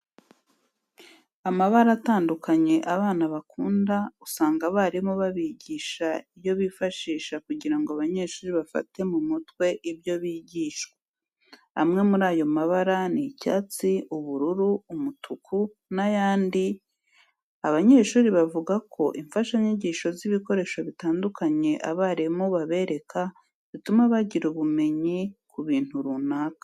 Amabara atandukanye abana bakunda usanga abarimu babigisha ari yo bifashisha kugira ngo abanyeshuri bafate mu mutwe ibyo bigishwa. Amwe muri ayo mabara ni icyatsi , ubururu, umutuku n'ayandi. Abanyeshuri bavuga ko imfashanyigisho z'ibikoresho bitandukanye abarimu babereka, zituma bagira ubumenyi ku bintu runaka.